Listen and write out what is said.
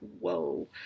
whoa